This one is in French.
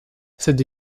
cette